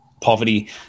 poverty